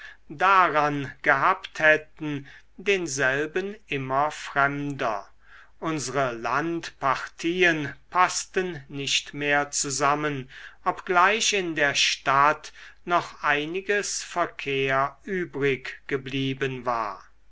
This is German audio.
daran gehabt hätten denselben immer fremder unsre landpartien paßten nicht mehr zusammen obgleich in der stadt noch einiges verkehr übrig geblieben war